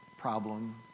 problem